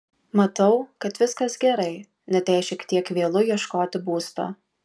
matau kad viskas gerai net jei šiek tiek vėlu ieškoti būsto